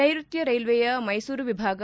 ನೈರುತ್ತ ರೈಲ್ವೆಯ ಮೈಸೂರು ವಿಭಾಗ